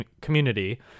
community